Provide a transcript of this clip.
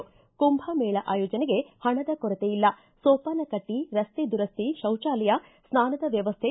ಕುಂಭಮೇಳ ಆಯೋಜನೆಗೆ ಹಣದ ಕೊರತೆ ಇಲ್ಲ ಸೋಪಾನಕಟ್ಟ ರಸ್ತೆ ದುರಸ್ತಿ ಶೌಚಾಲಯ ಸ್ನಾನದ ವ್ಯವಸ್ಥೆ